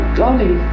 golly